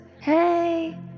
Hey